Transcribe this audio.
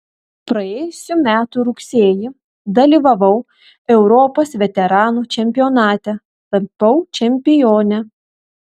praėjusių metų rugsėjį dalyvavau europos veteranų čempionate tapau čempione